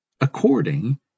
according